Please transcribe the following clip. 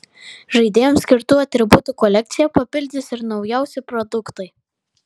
žaidėjams skirtų atributų kolekciją papildys ir naujausi produktai